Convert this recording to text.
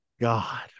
God